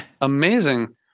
Amazing